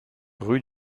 rue